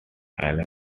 alan